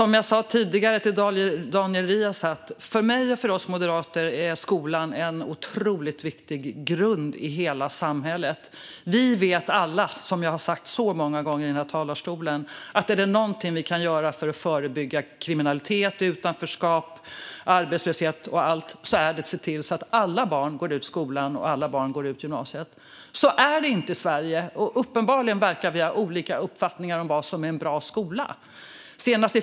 Fru talman! För mig och oss moderater är skolan en otroligt viktig grund i hela samhället, som jag sa tidigare till Daniel Riazat. Är det någonting vi kan göra för att förebygga kriminalitet, utanförskap och arbetslöshet är det att se till att alla barn går ut skolan och att alla barn går ut gymnasiet. Det har jag sagt många gånger i talarstolen. Men så är det inte i Sverige. Uppenbarligen verkar vi dessutom ha olika uppfattningar om vad som är en bra skola.